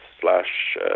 slash